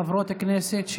חברות כנסת,